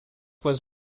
was